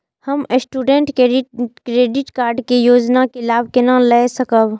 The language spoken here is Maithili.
हम स्टूडेंट क्रेडिट कार्ड के योजना के लाभ केना लय सकब?